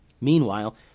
Meanwhile